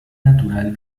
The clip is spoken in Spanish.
natural